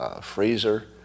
freezer